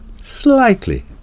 slightly